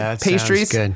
pastries